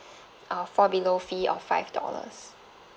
err fall below fee of five dollars